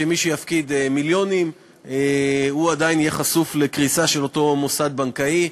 מי שיפקיד מיליונים עדיין יהיה חשוף לקריסה של אותו מוסד בנקאי,